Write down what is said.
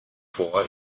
vor